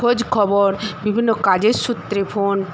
খোঁজখবর বিভিন্ন কাজের সূত্রে ফোন